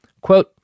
Quote